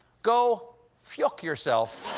go fjuk yourself.